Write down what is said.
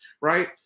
right